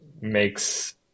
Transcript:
makes